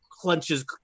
clenches